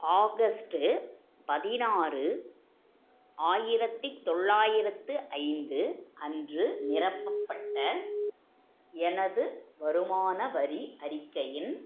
August பதினாறு ஆயிரத்தி தொள்ளாயிரத்து ஐந்து அன்று நிரப்பப்பட்ட எனது வருமான வரி அறிக்கையின்